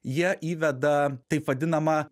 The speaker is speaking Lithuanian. jie įveda taip vadinamą